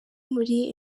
muri